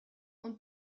und